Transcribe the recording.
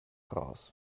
raus